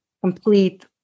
complete